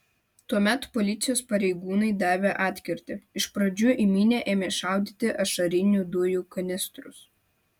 tuomet policijos pareigūnai davė atkirtį iš pradžių į minią ėmė šaudyti ašarinių dujų kanistrus